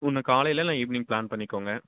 ஒன்று காலையில் இல்லை ஈவினிங் ப்ளான் பண்ணிக்கோங்க